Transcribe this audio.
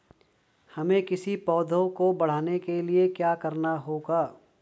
हमें किसी पौधे को बढ़ाने के लिये क्या करना होगा?